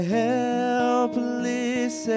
helpless